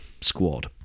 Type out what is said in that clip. squad